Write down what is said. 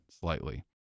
slightly